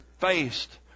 faced